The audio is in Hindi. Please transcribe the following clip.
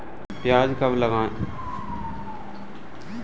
प्याज कब लगाएँ?